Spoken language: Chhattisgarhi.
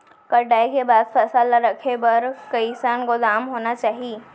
कटाई के बाद फसल ला रखे बर कईसन गोदाम होना चाही?